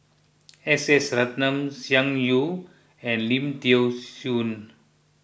S S Ratnam Tsung Yeh and Lim thean Soo